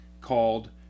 called